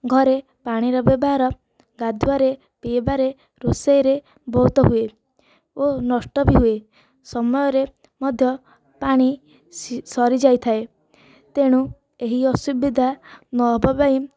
ଘରେ ପାଣିର ବ୍ୟବହାର ଗାଧୁଆରେ ପିଇବାରେ ରୋଷେଇରେ ବହୁତ ହୁଏ ଓ ନଷ୍ଟ ବି ହୁଏ ସମୟରେ ମଧ୍ୟ ପାଣି ସି ସରିଯାଇଥାଏ ତେଣୁ ଏହି ଅସୁବିଧା ନହେବା ପାଇଁ